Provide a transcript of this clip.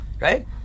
right